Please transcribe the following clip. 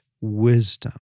wisdom